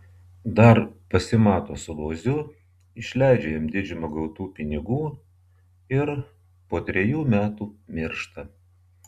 dar pasimato su boziu išleidžia jam didžiumą gautų pinigų ir po trejų metų miršta